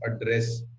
address